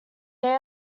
they